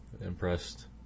impressed